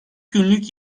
günlük